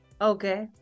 Okay